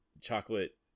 chocolate